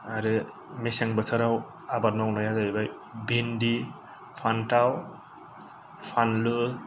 आरो मेसें बोथोराव आबाद मावनाया जाहैबाय भिन्डि फान्थाव फान्लु